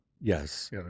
Yes